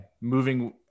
moving